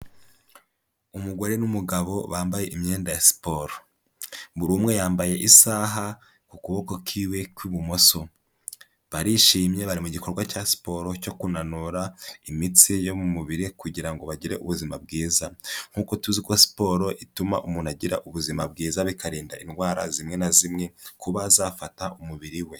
Umugore n'umugabo bambaye imyenda ya siporo. Buri umwe yambaye isaha ukuboko kwiwe kw'ibumoso. Barishimye bari mu gikorwa cya siporo cyo kunanura imitsi yo mu mubiri, kugira ngo bagire ubuzima bwiza. Nkuko tuzi ko siporo ituma umuntu agira ubuzima bwiza, bikarinda indwara zimwe na zimwe kuba zafata umubiri we.